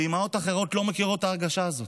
ואימהות אחרות לא מכירות את ההרגשה הזאת,